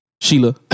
Sheila